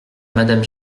madame